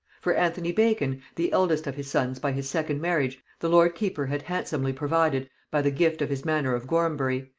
for anthony bacon, the eldest of his sons by his second marriage, the lord keeper had handsomely provided by the gift of his manor of gorhambury,